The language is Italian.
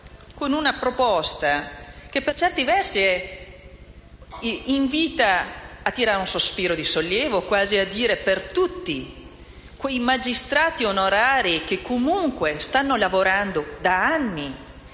con una proposta che, per certi versi, invita a tirare un sospiro di sollievo quasi per tutti quei magistrati onorari che, comunque, stanno lavorando da anni